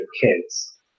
kids